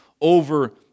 over